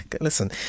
Listen